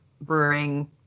Brewing